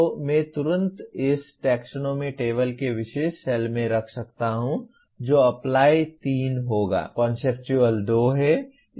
तो मैं तुरंत इसे टैक्सोनॉमी टेबल के विशेष सेल में रख सकता हूं जो अप्लाई 3 होगा कॉन्सेप्चुअल 2 है